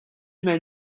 men